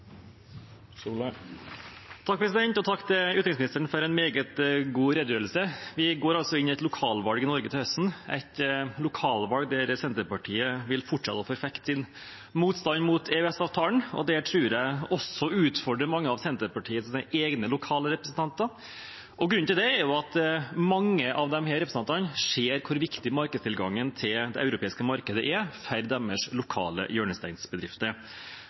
Takk til utenriksministeren for en meget god redegjørelse. Vi går inn i et lokalvalg i Norge til høsten, et lokalvalg der Senterpartiet vil fortsette å forfekte sin motstand mot EØS-avtalen. Det tror jeg også utfordrer mange av Senterpartiets egne, lokale representanter. Grunnen til det er at mange av disse representantene ser hvor viktig tilgangen til det europeiske markedet er for deres lokale hjørnesteinsbedrifter.